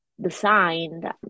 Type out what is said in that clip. designed